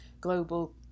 global